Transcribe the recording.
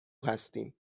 هستیم